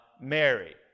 Mary